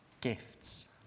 gifts